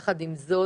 יחד עם זאת,